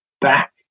back